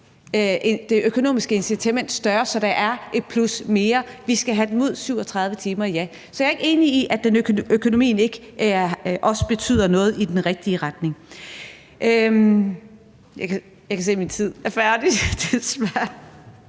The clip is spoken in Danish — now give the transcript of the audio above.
det økonomiske incitament større, så der er et plus mere. Vi skal have dem ud i 37 timer, ja. Så jeg er ikke enig i, at økonomien ikke også betyder noget i forhold til at gå i den rigtige retning. Jeg kan se, at min tid desværre